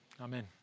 Amen